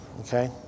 okay